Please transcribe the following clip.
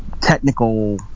technical